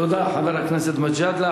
תודה, חבר הכנסת מג'אדלה.